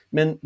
Men